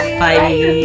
bye